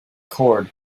cord